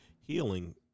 healing